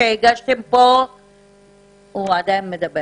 --- הוא עדיין מדבר